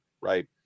right